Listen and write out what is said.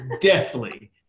deathly